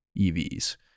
EVs